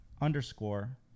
underscore